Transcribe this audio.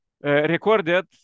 recorded